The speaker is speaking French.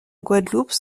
guadeloupe